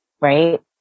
right